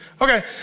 okay